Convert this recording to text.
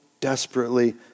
desperately